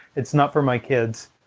it's not for my kids.